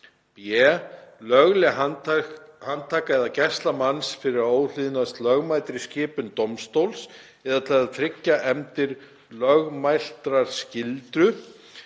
b. lögleg handtaka eða gæsla manns fyrir að óhlýðnast lögmætri skipun dómstóls eða til að tryggja efndir lögmæltrar skyldu;